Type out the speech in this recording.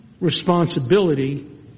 responsibility